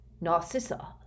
Narcissa